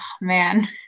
man